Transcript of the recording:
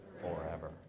forever